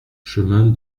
chemin